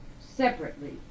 separately